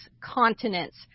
continents